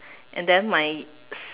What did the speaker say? and then my